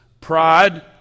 Pride